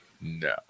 no